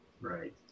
Right